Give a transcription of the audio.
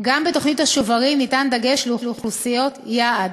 גם בתוכנית השוברים מושם דגש על אוכלוסיות יעד,